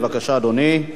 בבקשה, אדוני.